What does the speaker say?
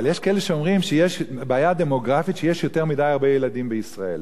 אבל יש כאלה שאומרים שיש בעיה דמוגרפית שיש יותר מדי הרבה ילדים בישראל.